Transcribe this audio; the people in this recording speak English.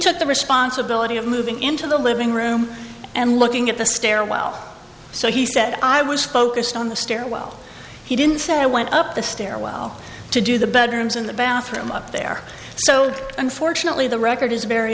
took the responsibility of moving into the living room and looking at the stairwell so he said i was focused on the stairwell he didn't say i went up the stairwell to do the bedrooms in the bathroom up there so unfortunately the record is very